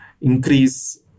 increase